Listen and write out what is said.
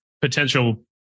potential